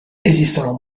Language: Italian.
esistono